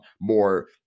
more